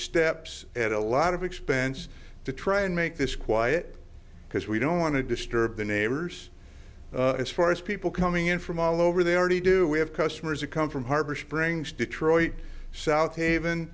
steps at a lot of expense to try and make this quiet because we don't want to disturb the neighbors as far as people coming in from all over they already do we have customers who come from harbor springs detroit south haven